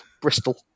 Bristol